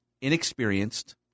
inexperienced